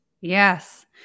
Yes